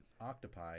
octopi